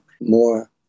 more